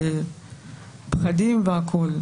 ופחדים וכולי.